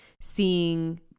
seeing